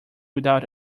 without